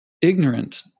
ignorant